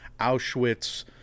Auschwitz